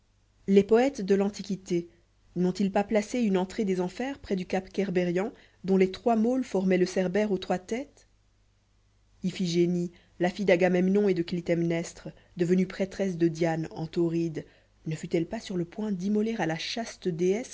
les poètes de l'antiquité n'ont-ils pas placé une entrée des enfers près du cap kerberian dont les trois môles formaient le cerbère aux trois têtes iphigénie la fille d'agamemnon et de clytemnestre devenue prêtresse de diane en tauride ne fut-elle pas sur le point d'immoler à la chaste déesse